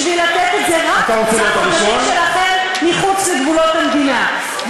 בשביל לתת את זה רק לחברים שלכם מחוץ לגבולות המדינה,